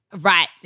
Right